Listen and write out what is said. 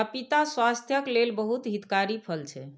पपीता स्वास्थ्यक लेल बहुत हितकारी फल छै